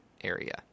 area